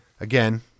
Again